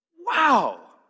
Wow